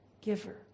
giver